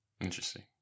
Interesting